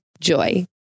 Joy